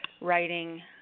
writing